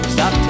Stop